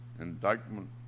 indictment